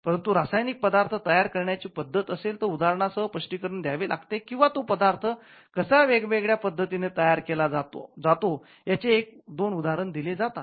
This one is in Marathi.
परंतु रासायनिक पदार्थ तयार करण्याची पद्धत असेल तर उदाहरणासह स्पष्टीकरण द्यावे लागते किंवा तो पदार्थ कसा वेगवेगळ्या पद्धतीने तयार केला जातो याचे एक दोन उदाहरण दिले जातात